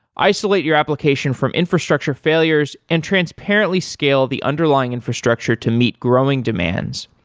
isolate your application from infrastructure failures and transparently scale the underlying infrastructure to meet growing demands,